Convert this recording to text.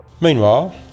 Meanwhile